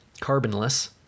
Carbonless